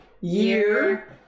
Year